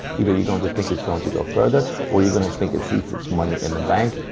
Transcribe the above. either you're going to think it's going to go further or you're going to think it seats its money in the bank.